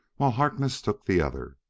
while harkness took the other.